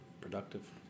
productive